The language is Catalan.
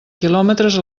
quilòmetres